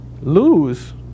Lose